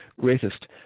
greatest